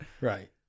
Right